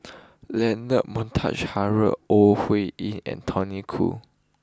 Leonard Montague Harrod Ore Huiying and Tony Khoo